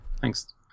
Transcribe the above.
thanks